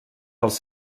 dels